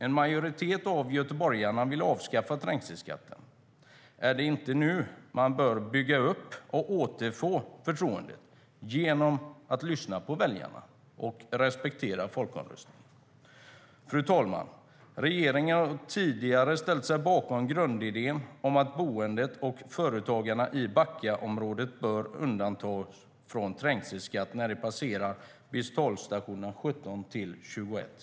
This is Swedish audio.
En majoritet av göteborgarna vill avskaffa trängselskatten. Fru talman! Regeringen har tidigare ställt sig bakom grundidén om att boende och företagare i Backaområdet bör undantas från trängselskatt när de passerar betalstationerna 17-21.